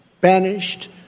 banished